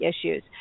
issues